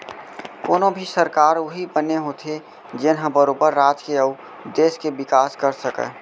कोनो भी सरकार उही बने होथे जेनहा बरोबर राज के अउ देस के बिकास कर सकय